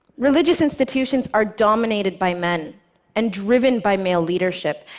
religious institutions are dominated by men and driven by male leadership,